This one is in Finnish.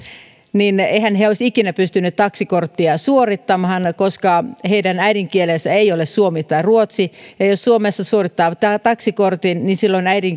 olisi ikinä pystyneet taksikorttia suorittamaan koska heidän äidinkielensä ei ole suomi tai ruotsi jos suomessa suorittaa taksikortin niin